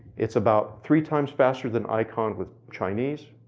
it's about three times faster than iconv with chinese,